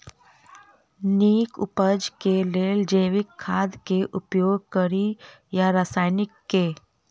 नीक उपज केँ लेल जैविक खाद केँ उपयोग कड़ी या रासायनिक केँ?